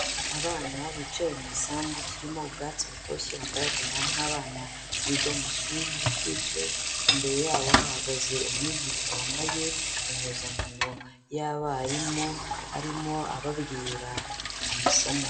Abana bicaye mu gisambu kirimo ubwatsi butoshye bagaragara nk'abana biga mu ishuri ry'inshuke, imbere yabo hahagaze umwigisha wambaye impuzankano y'abarimu arimo ababwira amasomo.